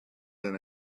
than